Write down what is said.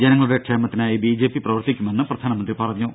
ജനങ്ങളുടെ ക്ഷേമത്തിനായി ബിജെപി പ്രവർത്തിക്കുമെന്ന് പ്രധാനമന്ത്രി പറഞ്ഞു